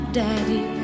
daddy